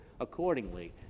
accordingly